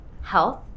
health